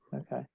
okay